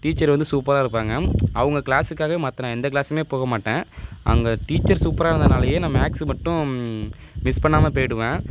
teacher வந்து சூப்பராக இருப்பாங்க அவங்க கிளாஸுகாகவே மற்ற நான் எந்த கிளாஸுமே போக மாட்டேன் அங்கே டீச்சர் சூப்பராக இருந்தனாலையே நான் மேக்ஸு மட்டும் மிஸ் பண்ணாம பேயிவிடுவேன்